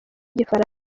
igifaransa